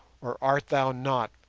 or art thou not,